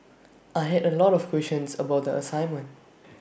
I had A lot of questions about the assignment